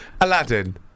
Aladdin